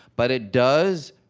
but it does,